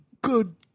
good-